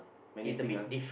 many thing ah